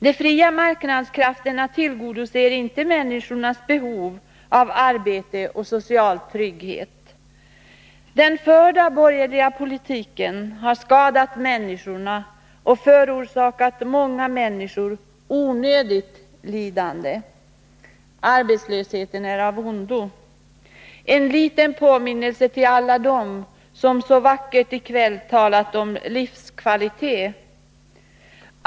De fria marknadskrafterna tillgodoser inte människornas behov av arbete och social trygghet. Den förda borgerliga politiken har skadat människorna och förorsakat många människor onödigt lidande. Arbetslösheten är av ondo — en liten påminnelse till alla dem som i kväll så vackert har talat om livskvalitet.